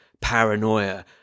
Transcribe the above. paranoia